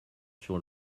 sur